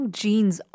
genes